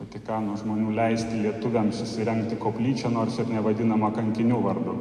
vatikano žmonių leisti lietuviams įsirengti koplyčią nors ir nevadinamą kankinių vardu